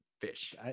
fish